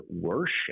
worship